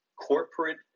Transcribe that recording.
Corporate